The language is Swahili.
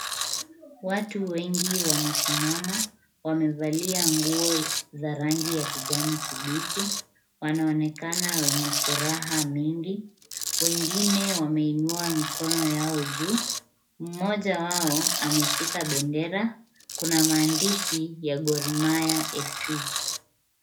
Watu wengi wamesimama. Wamevalia nguo za rangi ya kijani kibichi. Wanaonekana wenye furaha mingi. Wengine wameinua mikono yao juu. Mmoja wao ameshika bendera. Kuna maandishi ya Gor Mahia FC.